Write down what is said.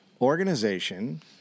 organization